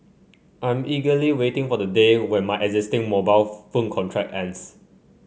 I'm eagerly waiting for the day when my existing mobile phone contract ends